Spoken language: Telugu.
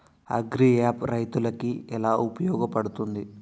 అగ్రియాప్ రైతులకి ఏలా ఉపయోగ పడుతుంది?